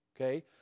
Okay